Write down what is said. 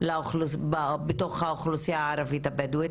בתוך האוכלוסייה הערבית הבדואית,